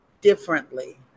differently